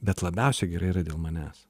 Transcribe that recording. bet labiausiai gerai yra dėl manęs